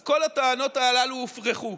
אז כל הטענות הללו הופרכו.